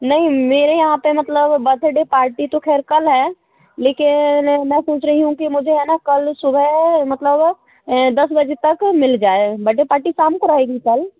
नहीं मेरे यहाँ पर मतलब बर्थडे पार्टी तो खैर कल है लेकिन मैं सोच रही हूँ कि मुझे है ना कल सुबह मतलब दस बजे तक मिल जाए बड्डे पार्टी शाम को रहेगी कल